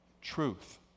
truth